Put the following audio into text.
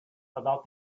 about